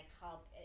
help